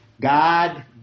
God